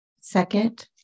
Second